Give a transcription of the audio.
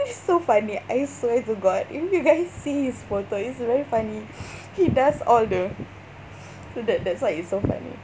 so funny I swear to god if you guys see his photo it's very funny he does all the that that's why it's so funny